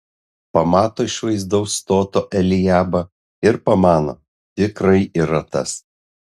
pamato išvaizdaus stoto eliabą ir pamano tikrai yra tas